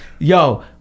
Yo